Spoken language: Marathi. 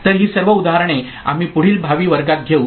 तर ही सर्व उदाहरणे आम्ही पुढील भावी वर्गात घेऊ